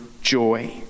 joy